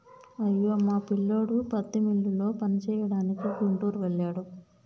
అయ్యో మా పిల్లోడు పత్తి మిల్లులో పనిచేయడానికి గుంటూరు వెళ్ళాడు